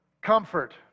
comfort